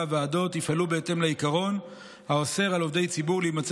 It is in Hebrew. הוועדות יפעלו בהתאם לעיקרון האוסר על עובדי ציבור להימצא